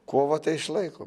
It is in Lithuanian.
kovą tai išlaikom